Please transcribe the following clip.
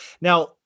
Now